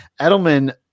Edelman